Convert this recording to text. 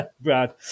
Brad